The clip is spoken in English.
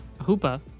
Hoopa